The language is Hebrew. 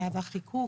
והיא מהווה חיקוק,